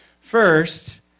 First